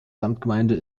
samtgemeinde